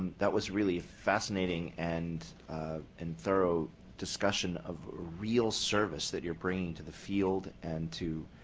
that was really fascinating and and thorough discussion of real service that you're bringing to the field and to